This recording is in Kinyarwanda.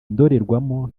indorerwamo